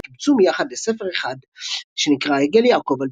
וקבצום יחד לספר אחד שנקרא "יגל יעקב" על